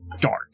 dark